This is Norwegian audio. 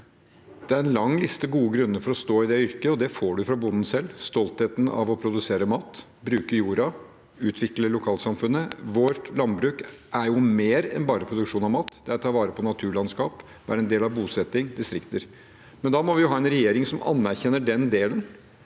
Det er en lang liste med gode grunner for å stå i det yrket, og den får man fra bonden selv: stoltheten av å produsere mat, bruke jorda, utvikle lokalsamfunnet. Vårt landbruk er mer enn bare produksjon av mat. Det er også å ta vare på naturlandskap, og det er å være en av del av bosettinger og distrikter – men da må vi ha en regjering som anerkjenner den delen